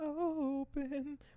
Open